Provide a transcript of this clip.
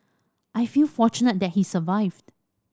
I feel fortunate that he survived